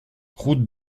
route